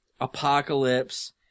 Apocalypse